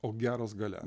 o geros gale